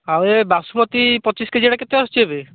ଆଉ ଏ ବାସୁମତି ପଚିଶ କେଜିଟା କେତେ ଆସୁଛି ଏବେ